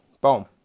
Boom